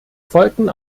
folgten